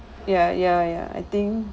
ya ya ya I think